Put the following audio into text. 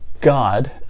God